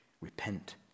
repent